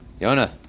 Yona